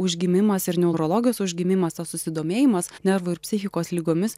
užgimimas ir neurologijos užgimimas tas susidomėjimas nervų ir psichikos ligomis